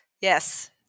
yes